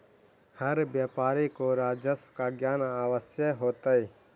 हर व्यापारी को राजस्व का ज्ञान अवश्य होतई